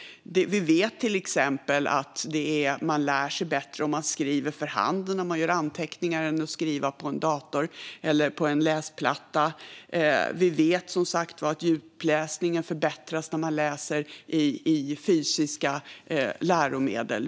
Vi vet till exempel att man lär sig bättre om man skriver för hand när man gör anteckningar än om man skriver på dator eller läsplatta. Vi vet som sagt att djupläsningen förbättras när man läser i fysiska läromedel.